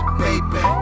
baby